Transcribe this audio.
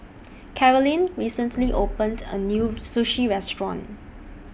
Karolyn recently opened A New Sushi Restaurant